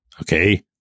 Okay